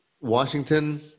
Washington –